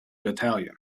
battalion